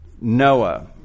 Noah